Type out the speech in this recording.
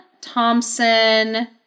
Thompson